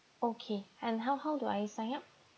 okay and how how do I sign up